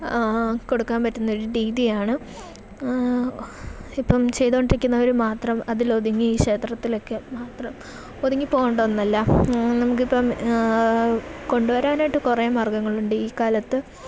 കൊടുക്കാൻ പറ്റുന്നൊരു രീതിയാണ് ഇപ്പം ചെയ്തു കൊണ്ടിരിക്കുന്നവർ മാത്രം അതിലൊതുങ്ങി ക്ഷേത്രത്തിലൊക്കെ മാത്രം ഒതുങ്ങിപ്പോകേണ്ട ഒന്നല്ല നമുക്കിപ്പം കൊണ്ടു വരാനായിട്ട് കുറേ മാർഗ്ഗങ്ങളുണ്ട് ഈ കാലത്ത്